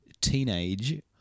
teenage